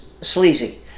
sleazy